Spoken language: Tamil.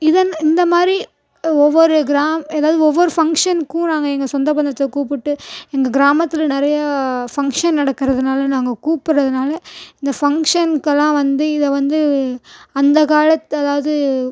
இதென்ன இந்த மாதிரி ஒவ்வொரு கிரா ஏதாவது ஒவ்வொரு ஃபங்ஷன்கும் நாங்கள் எங்கள் சொந்த பந்தத்தை கூப்பிட்டு எங்கள் கிராமத்தில் நிறையா ஃபங்ஷன் நடக்கிறதுனால நாங்கள் கூப்புடுகிறதுனால இந்த ஃபங்ஷன்குலாம் வந்து இதை வந்து அந்த காலத் அதாவது